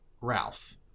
Ralph